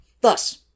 Thus